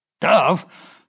dove